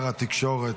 התקשורת,